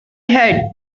had